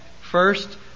First